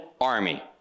army